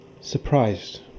surprised